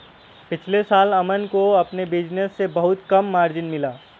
पिछले साल अमन को अपने बिज़नेस से बहुत कम मार्जिन मिला